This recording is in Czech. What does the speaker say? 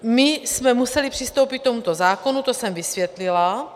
My jsme museli přistoupit k tomuto zákonu, to jsem vysvětlila.